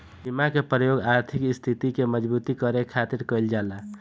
बीमा के प्रयोग आर्थिक स्थिति के मजबूती करे खातिर कईल जाला